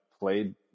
played